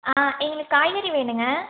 ஆ எங்களுக்கு காய்கறி வேணும்ங்க